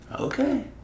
Okay